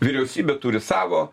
vyriausybė turi savo